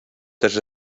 też